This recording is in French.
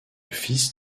fils